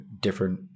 different